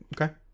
Okay